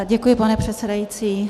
Děkuji, pane předsedající.